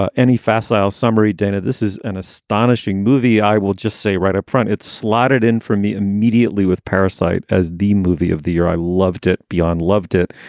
ah any facile summary data. this is an astonishing movie, i will just say right up front. it's slotted in for me immediately with parasyte as the movie of the year. i loved it beyond loved it.